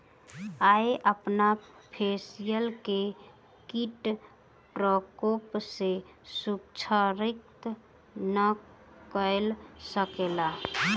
ओ अपन फसिल के कीट प्रकोप सॅ सुरक्षित नै कय सकला